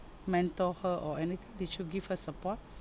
mentor her or anything did you give her support